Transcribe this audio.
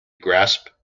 grasp